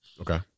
Okay